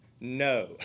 No